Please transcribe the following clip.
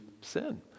sin